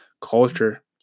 culture